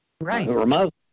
Right